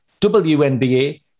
WNBA